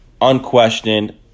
Unquestioned